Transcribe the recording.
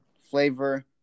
flavor